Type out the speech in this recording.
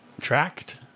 Tracked